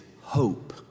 hope